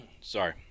Sorry